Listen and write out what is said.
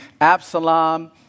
Absalom